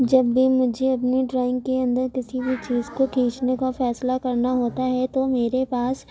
جب بھی مجھے اپنی ڈرائنگ کے اندر کسی بھی چیز کو کھینچنے کا فیصلہ کرنا ہوتا ہے تو میرے پاس